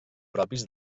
propis